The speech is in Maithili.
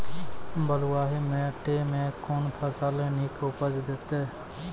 बलूआही माटि मे कून फसल नीक उपज देतै?